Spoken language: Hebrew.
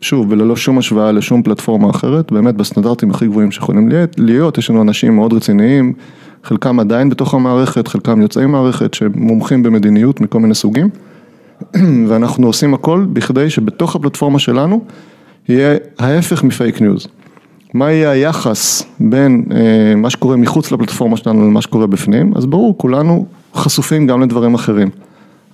שוב, וללא שום השוואה לשום פלטפורמה אחרת, באמת בסטנדרטים הכי גבוהים שיכולים להיות, יש לנו אנשים מאוד רציניים, חלקם עדיין בתוך המערכת, חלקם יוצאים מערכת, שמומחים במדיניות מכל מיני סוגים, ואנחנו עושים הכל בכדי שבתוך הפלטפורמה שלנו, יהיה ההפך מפייק ניוז. מה יהיה היחס בין מה שקורה מחוץ לפלטפורמה שלנו, למה שקורה בפנים? אז ברור, כולנו חשופים גם לדברים אחרים,